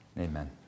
Amen